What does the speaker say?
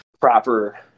proper